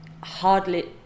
hardly